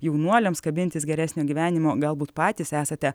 jaunuoliams kabintis geresnio gyvenimo galbūt patys esate